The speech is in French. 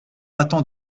attend